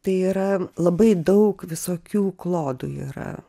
tai yra labai daug visokių klodų yra